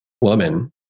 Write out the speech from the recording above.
woman